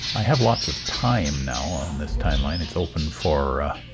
i have lots of time now on this timeline. it's open for